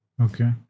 Okay